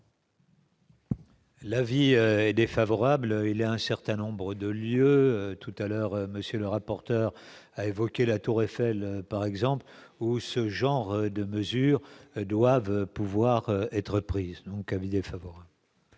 L'avis est défavorable, il y a un certain nombre de lieux tout à l'heure monsieur le rapporteur, a évoqué la Tour Eiffel par exemple ou ce genre de mesures doivent pouvoir être prises, donc avec des favoris.